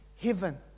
heaven